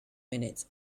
minutes